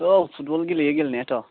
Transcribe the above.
औ फुटबल गेलेयो गेलेनायाथ'